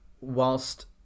whilst